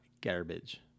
garbage